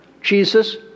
Jesus